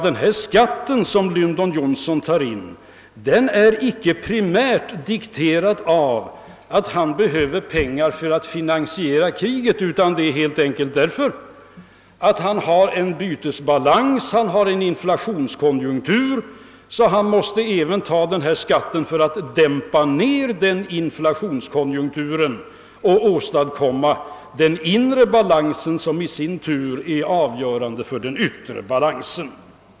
Den skatt som Lyndon Johnson vill ta in är nämligen primärt icke dikterad av att han behöver pengar för att finansiera kriget, dem kan han låna, utan orsaken är helt enkelt att han har en bytesbalans och en inflationskonjunktur att bemästra. Han måste helt enkelt ta ut denna skatt för att dämpa ned inflationskonjunkturen och åstadkomma den inre balans, vilken i sin tur är avgörande för den yttre balansen.